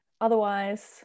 otherwise